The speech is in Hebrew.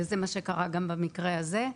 זה מה שקרה גם במקרה הזה.